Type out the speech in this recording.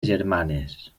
germanes